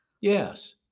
yes